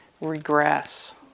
regress